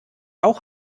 auch